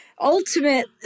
ultimate